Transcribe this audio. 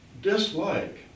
dislike